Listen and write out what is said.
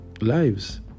lives